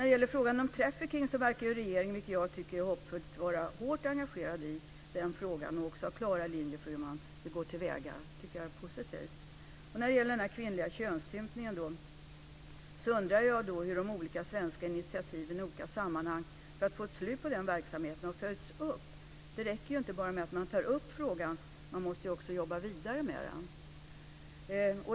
Det är hoppfullt att regeringen verkar vara hårt engagerad i frågan om trafficking och verkar ha klara linjer för hur man ska gå till väga. Det är positivt. När det gäller den kvinnliga könsstympningen undrar jag hur de olika svenska initiativen i olika sammanhang för att få ett slut på den verksamheten har följts upp. Det räcker inte med att man tar upp frågan. Man måste också jobba vidare på den.